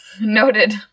Noted